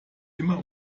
immer